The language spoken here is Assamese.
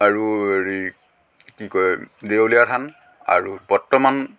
আৰু হেৰি কি কয় দেৱলীয়া থান আৰু বৰ্তমান